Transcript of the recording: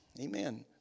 amen